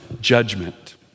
judgment